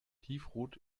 tiefrot